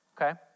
Okay